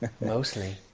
Mostly